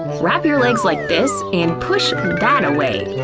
wrap your legs like this and push that-a-way,